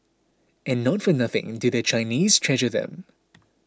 and not for nothing do the Chinese treasure them